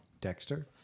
Dexter